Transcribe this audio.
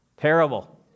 Terrible